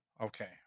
okay